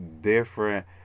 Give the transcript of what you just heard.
different